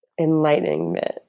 enlightenment